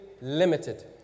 limited